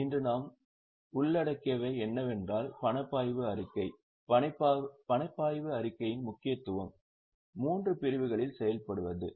இன்று நாம் உள்ளடக்கியவை என்னவென்றால் பணப்பாய்வு அறிக்கை பணப்பாய்வு அறிக்கையின் முக்கியத்துவம் மூன்று பிரிவுகளில் செயல்படுவது